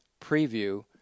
preview